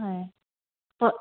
হয় অঁ